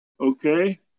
okay